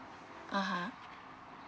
(uh huh)